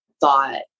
thought